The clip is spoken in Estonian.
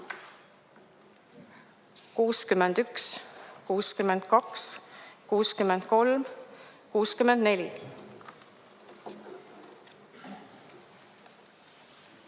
61, 62, 63, 64.